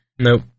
Nope